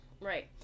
right